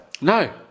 no